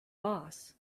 boss